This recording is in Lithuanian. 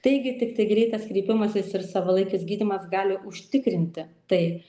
taigi tiktai greitas kreipimasis ir savalaikis gydymas gali užtikrinti tai